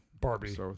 Barbie